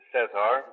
Cesar